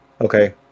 okay